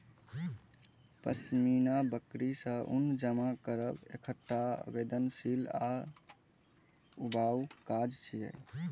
पश्मीना बकरी सं ऊन जमा करब एकटा संवेदनशील आ ऊबाऊ काज छियै